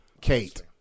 Kate